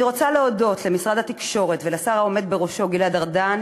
אני רוצה להודות למשרד התקשורת ולשר העומד בראשו גלעד ארדן,